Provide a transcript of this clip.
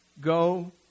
Go